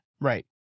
Right